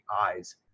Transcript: eyes